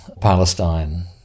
Palestine